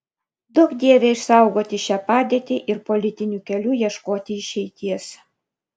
duok dieve išsaugoti šią padėtį ir politiniu keliu ieškoti išeities